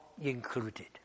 included